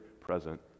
present